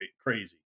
crazy